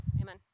amen